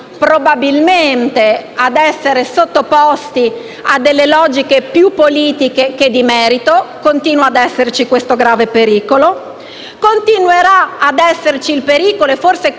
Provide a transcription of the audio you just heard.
probabilmente, a essere sottoposti a delle logiche più politiche che di merito: continua ad esserci questo grave pericolo. Continuerà ad esserci questo pericolo e, forse,